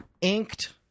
inked